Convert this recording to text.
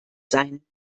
sein